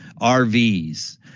RVs